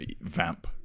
Vamp